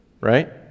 right